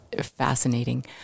fascinating